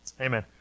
Amen